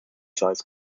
size